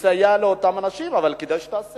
לסייע לאותם אנשים, וכדאי שהיא תעשה